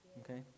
okay